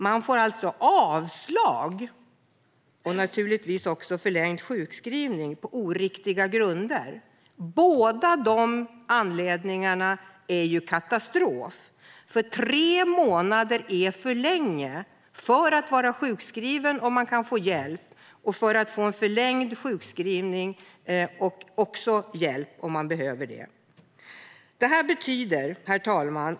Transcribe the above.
Man får alltså avslag, och naturligtvis också förlängd sjukskrivning, på oriktiga grunder. Båda de anledningarna är katastrof. Tre månader är för länge att vara sjukskriven om man kan få hjälp, eller om man kan få förlängd sjukskrivning och hjälp. Herr talman!